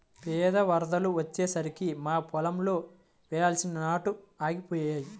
పెద్ద వరదలు వచ్చేసరికి మా పొలంలో వేయాల్సిన నాట్లు ఆగిపోయాయి